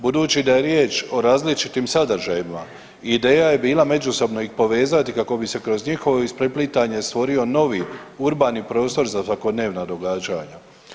Budući da je riječ o različitim sadržajima, ideja je bila međusobno ih povezati kako bi se kroz njihovo ispreplitanje stvorio novi urbani prostor za svakodnevna događanja.